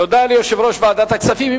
תודה ליושב-ראש ועדת הכספים.